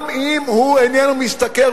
גם אם הוא איננו משתכר,